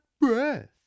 breath